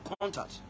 contact